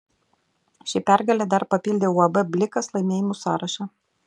ši pergalė dar papildė uab blikas laimėjimų sąrašą